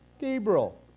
Gabriel